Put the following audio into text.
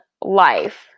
life